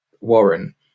Warren